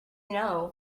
know